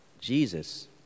Jesus